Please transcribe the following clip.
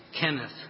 Kenneth